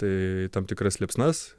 tai tam tikras liepsnas